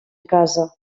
casa